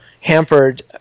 hampered